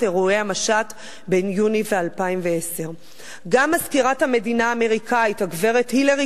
אירועי המשט ביוני 2010. גם מזכירת המדינה האמריקנית הגברת הילרי